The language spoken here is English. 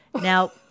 Now